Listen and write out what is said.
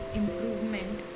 improvement